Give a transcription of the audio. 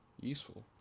useful